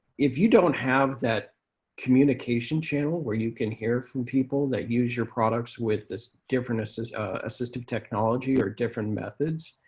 if you don't have that communication channel where you can hear from people that use your products with different so ah assistive technology or different methods,